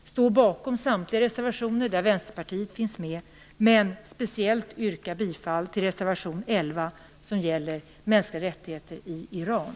Vi står bakom samtliga dessa reservationer. Men speciellt vill jag yrka bifall till reservation 11, som gäller mänskliga rättigheter i Iran.